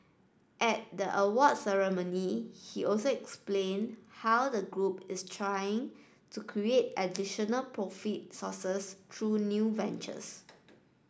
at the awards ceremony he also explained how the group is trying to create additional profit sources through new ventures